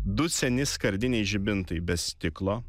du seni skardiniai žibintai be stiklo